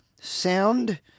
sound